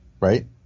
Right